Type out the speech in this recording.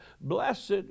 Blessed